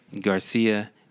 Garcia